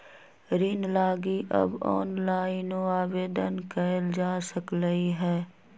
ऋण लागी अब ऑनलाइनो आवेदन कएल जा सकलई ह